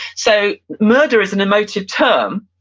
so murder is an emotive term.